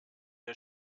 der